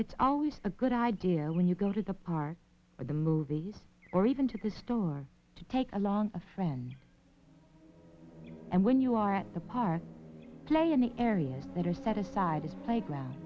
it's always a good idea when you go to the park or the movies or even to the store to take along a friend and when you are at a park play in the areas that are set aside playground